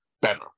better